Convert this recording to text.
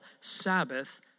Sabbath